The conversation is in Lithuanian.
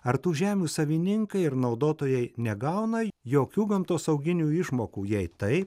ar tų žemių savininkai ir naudotojai negauna jokių gamtosauginių išmokų jei tai